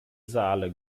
saale